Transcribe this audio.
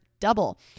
Double